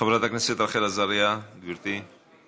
חברת הכנסת רחל עזריה, גברתי.